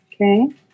Okay